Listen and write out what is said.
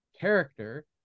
character